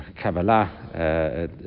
Kabbalah